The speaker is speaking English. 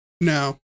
No